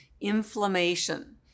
inflammation